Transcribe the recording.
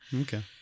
Okay